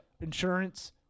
Insurance